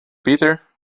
peter